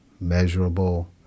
measurable